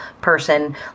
person